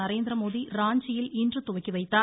நரேந்திரமோடி ராஞ்சியில் இன்று துவக்கி வைத்தார்